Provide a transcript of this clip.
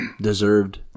deserved